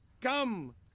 come